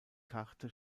karte